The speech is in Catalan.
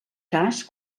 cas